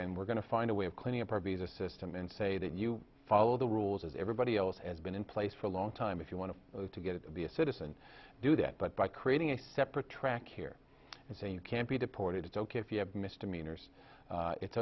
and we're going to find a way of cleaning up our visa system and say that you follow the rules as everybody else has been in place for a long time if you want to to get the a citizen do that but by creating a separate track here and say you can't be deported it's ok if you have misdemeanors it's